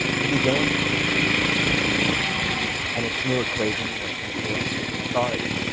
to be gained from this new universe and its new equations of influence and authority.